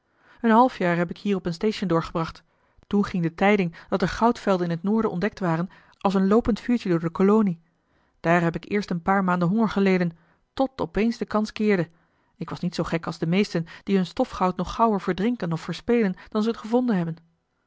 een half jaar heb ik hier op een station doorgebracht toen ging de tijding dat er goudvelden in het noorden ontdekt waren als een loopend vuurtje door de kolonie daar heb ik eerst een paar maanden honger geleden tot op eens de kans keerde ik was niet zoo gek als de meesten die hun stofgoud nog gauwer verdrinken of verspelen dan ze het gevonden hebben